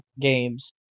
games